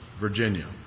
Virginia